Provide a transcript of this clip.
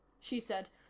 she said,